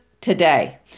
Today